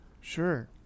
Sure